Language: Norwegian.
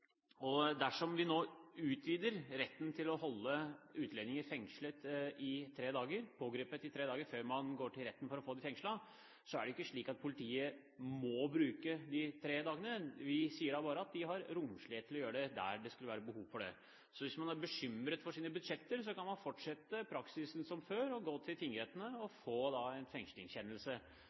Dersom vi nå utvider retten til å holde utlendinger pågrepet før man går til retten for å få dem fengslet, til tre dager, er det ikke slik at politiet må bruke de tre dagene. Vi sier bare at de har romslighet til å gjøre det der det skulle være behov for det. Hvis man er bekymret for sine budsjetter, kan man fortsette praksisen som før og gå til tingrettene og få en fengslingskjennelse.